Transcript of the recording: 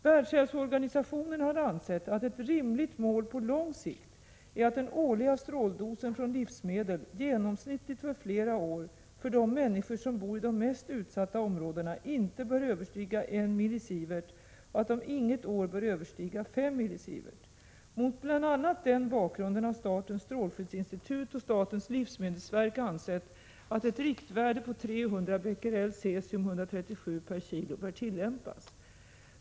Världshälsoorganisationen har ansett att ett rimligt mål på lång sikt är att den årliga stråldosen från livsmedel, genomsnittligt för flera år, för de människor som bor i de mest utsatta områdena inte bör överstiga I mSv och att den inget år bör överstiga 5 mSv. Mot bl.a. den bakgrunden har statens strålskyddsinstitut och statens livsmedelsverk ansett att ett riktvärde på 300 Bq cesium-137 per kg bör tillämpas.